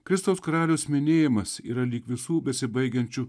kristaus karaliaus minėjimas yra lyg visų besibaigiančių